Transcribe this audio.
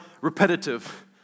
repetitive